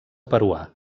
peruà